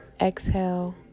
exhale